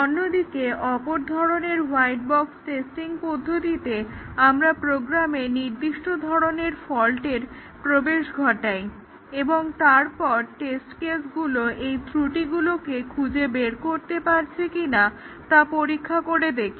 অন্যদিকে অপর ধরনের হোয়াইট বক্স টেস্টিং পদ্ধতিতে আমরা প্রোগ্রামে নির্দিষ্ট ধরনের ফল্টের প্রবেশ ঘটাই এবং তারপর টেস্ট কেসগুলো এই ত্রুটিগুলোকে খুঁজে বের করতে পারছে কিনা তা পরীক্ষা করে দেখি